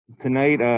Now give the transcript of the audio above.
Tonight –